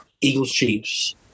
Eagles-Chiefs